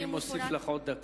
אני מוסיף לך עוד דקה.